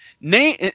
name